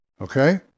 Okay